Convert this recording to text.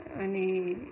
अनि